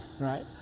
right